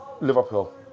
Liverpool